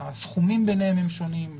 הסכומים ביניהם הם שונים.